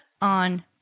on